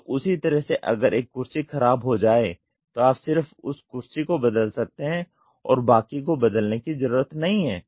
तो उसी तरह से अगर एक कुर्सी खराब हो जाए तो आप सिर्फ उस कुर्सी को बदल सकते हैं और बाकी को बदलने की जरूरत नहीं हैं